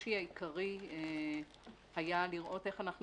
הקושי העיקרי היה לראות איך אנחנו